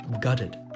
gutted